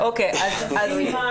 שלך.